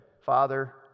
Father